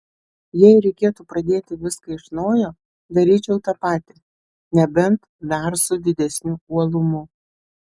jei reikėtų pradėti viską iš naujo daryčiau tą patį nebent dar su didesniu uolumu